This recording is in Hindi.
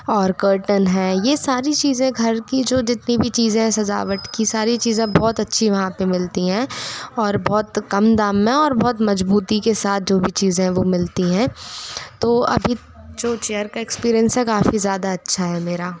और कर्टन है यह सारी चीज़ें घर की जो जितनी भी चीज़ें है सजावट की सारी चीज़ें बहुत अच्छी है वहाँ पर मिलती हैं और बहुत कम दाम में और बहुत मजबूती के साथ जो भी चीज़ है वह मिलती है तो अभी जो चेयर का एक्सपीरियंस है काफ़ी ज़्यादा अच्छा है मेरा